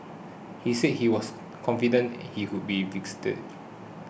he said he was confident he would be vindicated